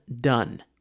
done